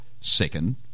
Second